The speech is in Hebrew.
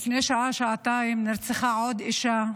לפני שעה-שעתיים נרצחה עוד אישה,